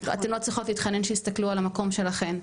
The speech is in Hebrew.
אתן לא צריכות להתחנן שיסתכלו על המקום שלכן.